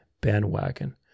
bandwagon